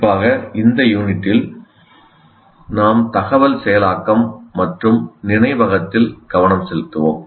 குறிப்பாக இந்த யூனிட்டில் நாம் தகவல் செயலாக்கம் மற்றும் நினைவகத்தில் கவனம் செலுத்துவோம்